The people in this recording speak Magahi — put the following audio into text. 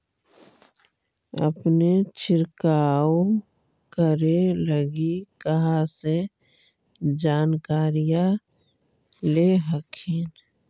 अपने छीरकाऔ करे लगी कहा से जानकारीया ले हखिन?